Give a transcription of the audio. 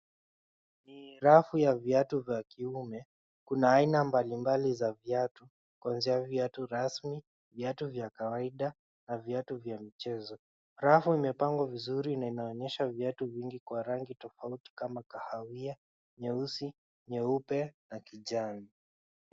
Ni rafu ya viatu vya kiume, kuna aina mbali mbali za viatu kuanzia viatu rasmi, viatu vya kawaida na viatu vya mchezo. Rafu imepangwa vizuri na inaonyesha viatu vingi kwa rangi tofauti kama kahawia, nyeusi, nyeupe na kijani.